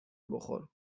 بخور